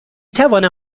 توانم